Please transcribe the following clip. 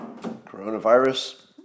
Coronavirus